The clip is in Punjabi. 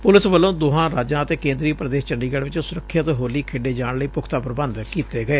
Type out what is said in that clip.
ਪੁਲਿਸ ਵਲੋਂ ਦੋਹਾਂ ਰਾਜਾਂ ਅਤੇ ਕੇਂਦਰੀ ਪ੍ਰਦੇਸ਼ ਚੰਡੀਗੜ ਚ ਸੁਰੱਖਿਅਤ ਹੋਲੀ ਖੇਡੇ ਜਾਣ ਲਈ ਪੁਖਤਾ ਪ੍ਬੰਧ ਕੀਤੇ ਗਏ